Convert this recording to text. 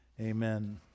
amen